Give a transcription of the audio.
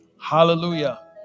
Hallelujah